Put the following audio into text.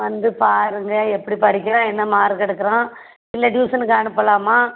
வந்து பாருங்கள் எப்படி படிக்கிறான் என்ன மார்க்கு எடுக்கிறான் இல்லை டியூசனுக்கு அனுப்பலாமா